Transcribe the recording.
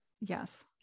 yes